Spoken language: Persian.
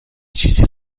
چیزی